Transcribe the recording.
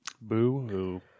Boo-hoo